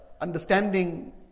understanding